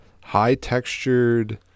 high-textured